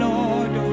Lord